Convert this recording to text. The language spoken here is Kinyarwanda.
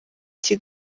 icyo